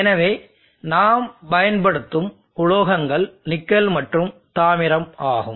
எனவே நாம் பயன்படுத்தும் உலோகங்கள் நிக்கல் மற்றும் தாமிரம் ஆகும்